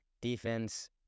Defense